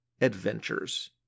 Adventures